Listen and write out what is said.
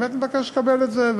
אני באמת מבקש לקבל את זה.